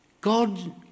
God